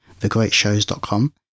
thegreatshows.com